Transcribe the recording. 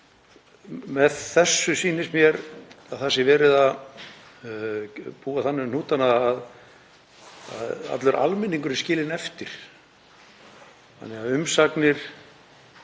með þessu sýnist mér að verið sé að búa þannig um hnútana að allur almenningur sé skilinn eftir, þannig að umsagnir